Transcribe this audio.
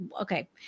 okay